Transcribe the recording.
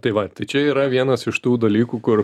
tai va čia yra vienas iš tų dalykų kur